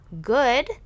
good